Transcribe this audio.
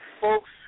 folks